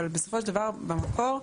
אבל בסופו של דבר, במקור,